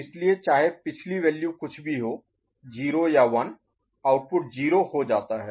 इसलिए चाहे पिछली वैल्यू कुछ भी हो 0 या 1 आउटपुट 0 हो जाता है